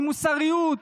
עם מוסריות,